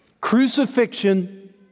Crucifixion